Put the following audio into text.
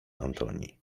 antoni